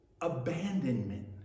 abandonment